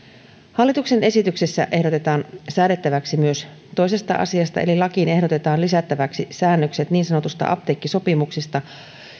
hallituksen esityksessä ehdotetaan säädettäväksi myös toisesta asiasta eli lakiin ehdotetaan lisättäväksi säännökset niin sanotusta apteekkisopimuksesta